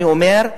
אני אומר,